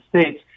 States